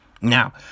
Now